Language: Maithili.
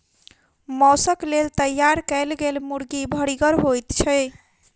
मौसक लेल तैयार कयल गेल मुर्गी भरिगर होइत छै